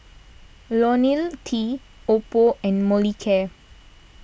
Ionil T Oppo and Molicare